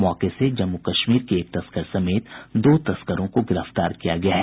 मौके से जम्मू कश्मीर के एक तस्कर समेत दो तस्करों को गिरफ्तार किया गया है